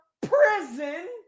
prison